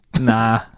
Nah